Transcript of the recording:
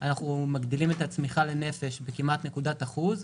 אנחנו מגדילים את הצמיחה לנפש בכמעט נקודת אחוז,